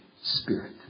Spirit